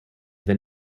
then